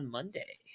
Monday